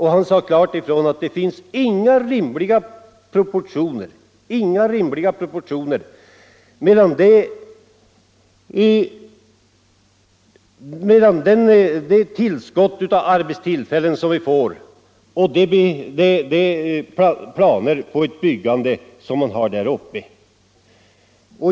Han sade klart ifrån att det inte finns några rimliga proportioner mellan det tillskott av arbetstillfällen som vi får och de byggnadsplaner man har där uppe.